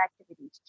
activities